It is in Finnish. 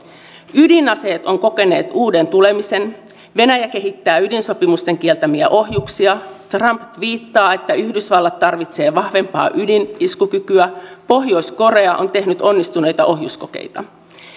ydinaseet ovat kokeneet uuden tulemisen venäjä kehittää ydinsopimusten kieltämiä ohjuksia trump tviittaa että yhdysvallat tarvitsee vahvempaa ydin iskukykyä pohjois korea on tehnyt onnistuneita ohjuskokeita